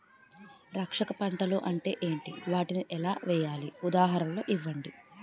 రక్షక పంటలు అంటే ఏంటి? వాటిని ఎలా వేయాలి? ఉదాహరణలు ఇవ్వండి?